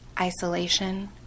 isolation